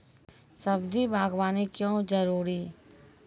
सब्जी बागवानी क्यो जरूरी?